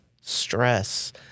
stress